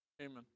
Amen